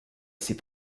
ses